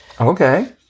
Okay